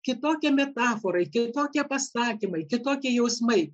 kitokie metaforai kitokie pastatymai kitokie jausmai